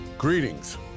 Greetings